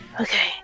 Okay